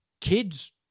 kids